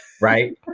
right